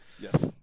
Yes